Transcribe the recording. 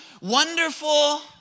Wonderful